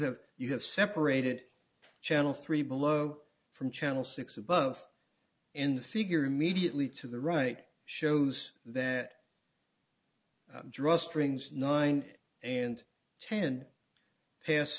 have you have separate it channel three below from channel six above in the figure immediately to the right shows that drawstrings nine and ten pass